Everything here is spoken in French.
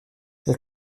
elle